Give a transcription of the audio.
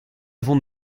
vont